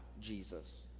Jesus